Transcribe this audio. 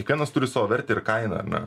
kiekvienas turi savo vertę ir kainą ar ne